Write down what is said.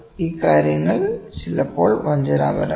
ഈ കാര്യങ്ങൾ ചിലപ്പോൾ വഞ്ചനാപരമാണ്